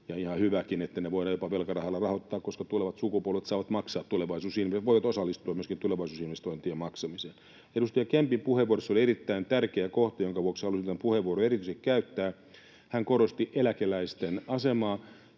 ihan hyväkin, että ne voidaan jopa velkarahalla rahoittaa, koska tulevat sukupolvet voivat osallistua myöskin tulevaisuusinvestointien maksamiseen. Edustaja Kempin puheenvuorossa oli erittäin tärkeä kohta, jonka vuoksi erityisesti halusin tämän puheenvuoron käyttää. Hän korosti eläkeläisten asemaa.